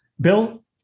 Bill